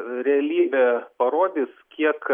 realybė parodys kiek